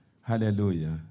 Hallelujah